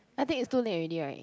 I think it's too late already right